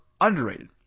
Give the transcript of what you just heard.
underrated